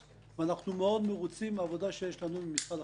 אנחנו מאוד מרוצים מהעבודה שיש לנו עם משרד החקלאות.